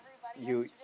you